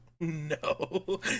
No